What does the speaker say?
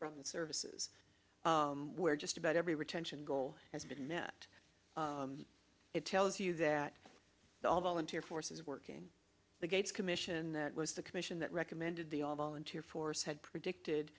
from the services where just about every retention goal has been met it tells you that the all volunteer force is working the gates commission that was the commission that recommended the all volunteer force had predicted